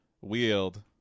wield